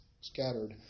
scattered